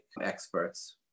experts